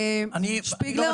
שפיגלר, בבקשה.